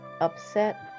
upset